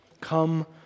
Come